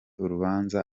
urubanza